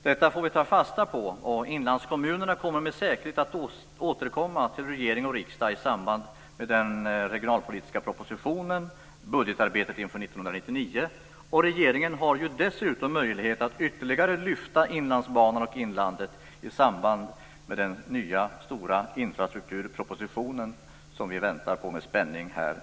Detta får vi ta fasta på, och inlandskommunerna kommer med säkerhet att återkomma till regering och riksdag i samband med den regionalpolitiska propositionen och budgetarbetet inför år 1999. Regeringen har dessutom möjlighet att ytterligare lyfta Inlandsbanan och inlandet i samband med den nya stora infrastrukturproposition nästa år som vi väntar på med spänning.